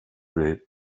blir